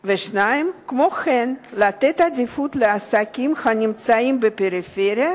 2. לתת עדיפות לעסקים הנמצאים בפריפריה